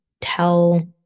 tell